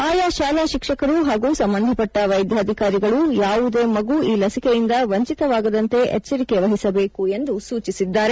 ಆಯಾ ಶಾಲಾ ಶಿಕ್ಷಕರು ಹಾಗೂ ಸಂಬಂಧಪಟ್ಟ ವೈದ್ಯಾಧಿಕಾರಿಗಳು ಯಾವುದೇ ಮಗು ಈ ಲಸಿಕೆಯಿಂದ ವಂಚಿತವಾಗದಂತೆ ಎಚ್ಚರಿಕೆ ವಹಿಸಬೇಕು ಎಂದು ಸೂಚಿಸಿದ್ದಾರೆ